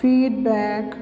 feedback